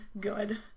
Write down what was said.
good